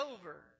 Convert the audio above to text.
over